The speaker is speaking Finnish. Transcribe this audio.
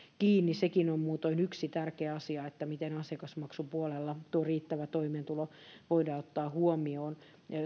kiinni sekin on muutoin yksi tärkeä asia että miten asiakasmaksupuolella tuo riittävä toimeentulo voidaan ottaa huomioon